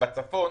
בצפון